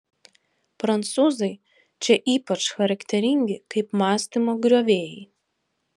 prancūzai čia ypač charakteringi kaip mąstymo griovėjai